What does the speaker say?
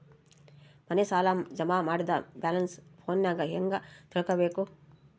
ಮನೆ ಸಾಲ ಜಮಾ ಮಾಡಿದ ಬ್ಯಾಲೆನ್ಸ್ ಫೋನಿನಾಗ ಹೆಂಗ ತಿಳೇಬೇಕು?